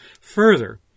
Further